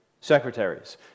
secretaries